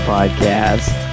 Podcast